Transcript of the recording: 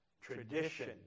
Tradition